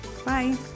Bye